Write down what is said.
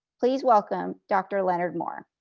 please welcome dr. leonard moore.